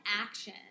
action